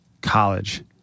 college